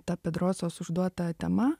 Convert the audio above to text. ta pedrosos užduota tema